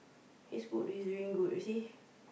he's good he's doing good you see